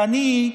כי אני,